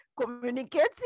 communicating